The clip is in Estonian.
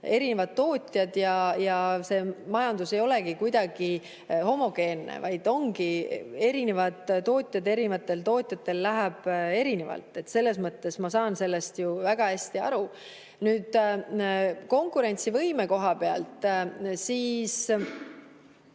erinevad tootjad. Ja majandus ei olegi kuidagi homogeenne, ongi erinevad tootjad ja erinevatel tootjatel läheb erinevalt. Selles mõttes ma saan sellest väga hästi aru. Konkurentsivõime koha pealt: